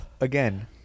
again